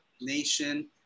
nation